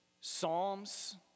Psalms